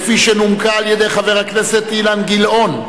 שנומקה על-ידי חבר הכנסת אילן גילאון,